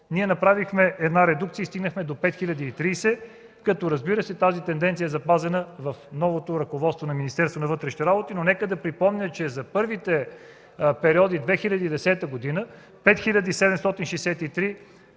направихме една редукция и стигнахме до 5030, като, разбира се, тази тенденция е запазена в новото ръководство на Министерството на вътрешните работи. Но нека да припомня, че за първите периоди – 2010 г., 5763